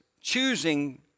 choosing